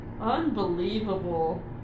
Unbelievable